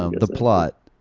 um the plot,